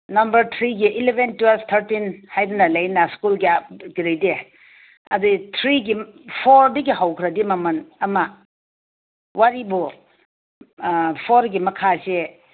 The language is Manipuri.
ꯅꯝꯕꯔ ꯊ꯭ꯔꯤꯒꯤ ꯏꯂꯕꯦꯟ ꯇꯨꯌꯦꯜꯞ ꯊꯥꯔꯇꯤꯟ ꯍꯥꯏꯗꯅ ꯂꯩꯗꯅ ꯁ꯭ꯀꯨꯜꯒꯤ ꯀꯔꯤꯗꯤ ꯑꯗꯨꯏ ꯊ꯭ꯔꯤꯒꯤ ꯐꯣꯔꯗꯒꯤ ꯍꯧꯈ꯭ꯔꯗꯤ ꯃꯃꯟ ꯑꯃ ꯋꯥꯔꯤꯕꯨ ꯐꯣꯔꯒꯤ ꯃꯈꯥꯁꯦ